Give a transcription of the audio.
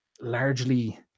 largely